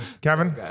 Kevin